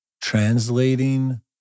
translating